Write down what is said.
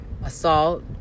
assault